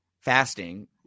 fasting